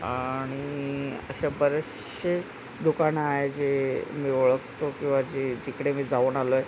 आणि अशा बरेचसे दुकानं आहे जे मी ओळखतो किंवा जे जिकडे मी जाऊन आलो आहे